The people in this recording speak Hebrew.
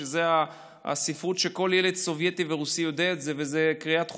שזו הספרות שכל ילד סובייטי ורוסי יודע וזו קריאת חובה.